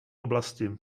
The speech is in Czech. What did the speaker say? oblasti